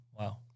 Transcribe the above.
Wow